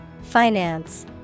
Finance